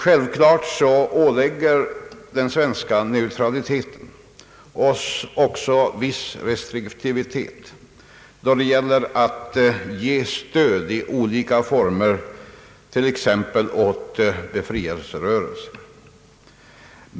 Självklart ålägger den svenska neu traliteten oss också viss restriktivitet, när det gäller att ge stöd i olika former, t.ex. åt befrielserörelser.